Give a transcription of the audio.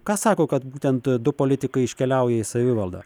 ką sako kad būtent du politikai iškeliauja į savivaldą